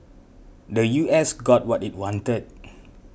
the U S got what it wanted